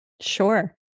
Sure